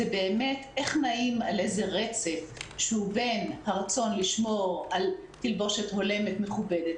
הוא באמת איך נעים על איזה רצף בין הרצון לשמור על תלבושת הולמת ומכובדת